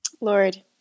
Lord